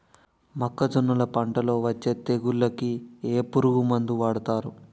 మొక్కజొన్నలు పంట లొ వచ్చే తెగులకి ఏ పురుగు మందు వాడతారు?